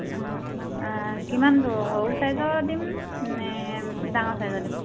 অঁ কিমানটো সৰু চাইজৰ দিমনে ডাঙৰ চাইজৰ দিম